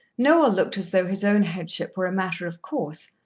noel looked as though his own headship were a matter of course,